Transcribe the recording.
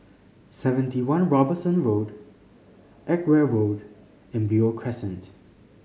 Seventy One Robinson Road Edgware Road and Beo Crescent